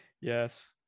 Yes